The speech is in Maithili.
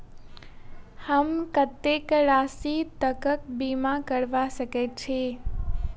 हम कत्तेक राशि तकक बीमा करबा सकैत छी?